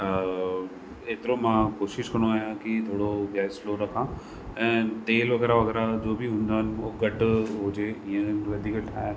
अ एतिरो मां कोशिशि कंदो आहियां की थोरो गैस स्लो रखा ऐं तेल वग़ैरह वग़ैरह जो बि हूंदा आहिनि वो घटि हुजे ईअं वधीक ठाय